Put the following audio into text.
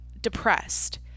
depressed